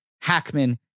Hackman